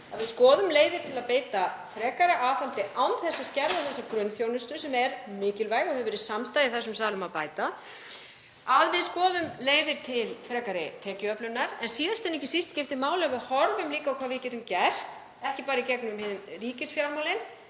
að skoða leiðir til að beita frekara aðhaldi án þess að skerða þessa grunnþjónustu sem er mikilvæg og samstaða hefur verið um í þessum sal að bæta, að við skoðum leiðir til frekari tekjuöflunar. Síðast en ekki síst skiptir máli að við horfum líka á hvað við getum gert, ekki bara í gegnum ríkisfjármálin